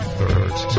Third